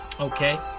Okay